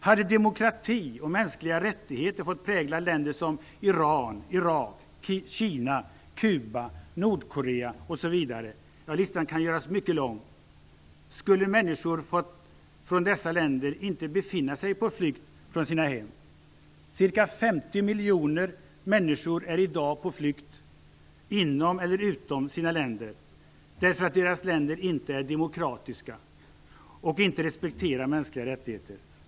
Hade demokrati och mänskliga rättigheter fått prägla länder som Iran, Irak, Kina, Kuba, Nordkorea osv. - listan kan göras mycket lång - skulle människor från dessa länder inte befinna sig på flykt från sina hem. Ca 50 miljoner människor är i dag på flykt inom eller utom sina länder därför att deras länder inte är demokratiska och inte respekterar mänskliga rättigheter.